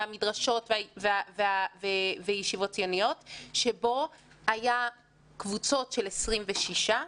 המדרשות וישיבות ציוניות ובו היו קבוצות של 26,